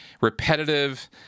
repetitive